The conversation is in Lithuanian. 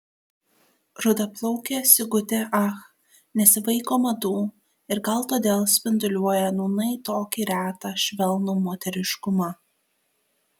rudaplaukė sigutė ach nesivaiko madų ir gal todėl spinduliuoja nūnai tokį retą švelnų moteriškumą